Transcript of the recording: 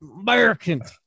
Americans